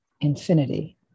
infinity